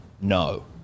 no